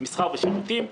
מסחר ושירותים,